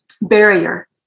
barrier